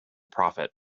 prophet